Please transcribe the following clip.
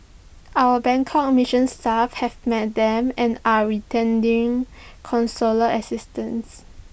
our Bangkok mission staff have met them and are consular assistance